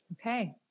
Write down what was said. Okay